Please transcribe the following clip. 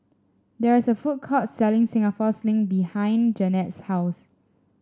there is a food court selling Singapore Sling behind Jannette's house